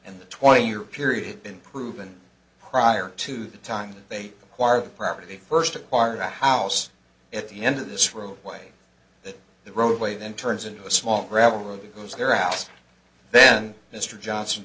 and the twenty year period it been proven prior to the time that they wired the property first acquired a house at the end of this roadway that the roadway then turns into a small gravel road that goes there out then mr johnson